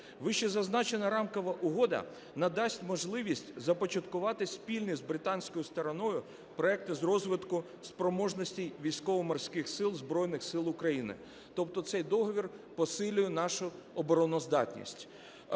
Вищезазначена рамкова угода надасть можливість започаткувати спільні з британською стороною проекти з розвитку спроможностей Військово-Морських Сил Збройних Сил України. Тобто цей договір посилює нашу обороноздатність.